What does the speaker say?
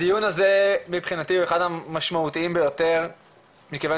הדיון הזה מבחינתי הוא אחד המשמעותיים ביותר מכיוון